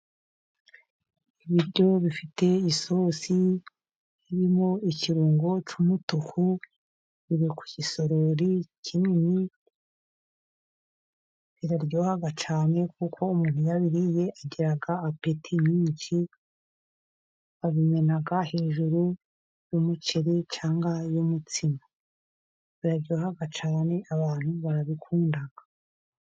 Ibiryo bifite isosi irimo ikirungo cy'umutuku biri mu gisorori kinini. Biraryoha cyane kuko umuntu iyo abiriye agira apeti. Babimena hejuru y'umuceri cyangwa umutsima. Biraryoha cyane abantu barabikunda.